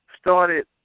started